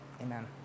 amen